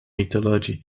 mythology